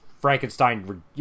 Frankenstein